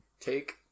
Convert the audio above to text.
Take